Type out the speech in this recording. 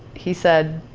he said,